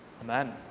Amen